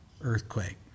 earthquake